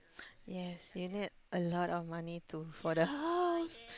yes you need a lot of money to for the house